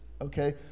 okay